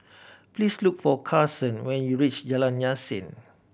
please look for Carson when you reach Jalan Yasin